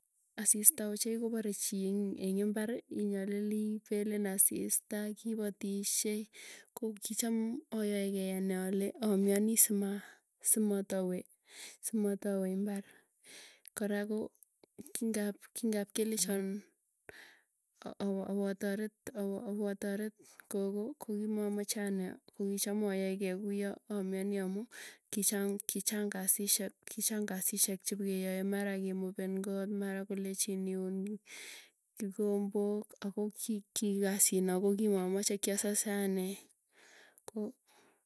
Asista ochei kopare chi, eng imbarri inyalili pelin asista kipatisyei. Ko kicham ayaegei anee alee amwanii simaa simatawe simatwe imbarr, kora ko kingap kingap, kelechon awotaret kogo kokimamache anee, kokicham ayaegei kuyoo amianii amuu kichang kasisiek kichang kasisiek, chepikeyae mara ke moben koo mara kolechin kolechin iun kikombok ako kii kasit na ko kimamache kiasase anee ko.